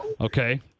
Okay